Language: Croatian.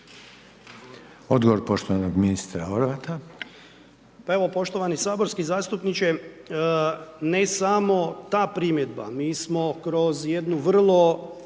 Odgovor poštovanog ministra Horvata. **Horvat, Darko (HDZ)** Pa evo poštovani saborski zastupniče, ne samo ta primjedba, mi smo kroz jednu vrlo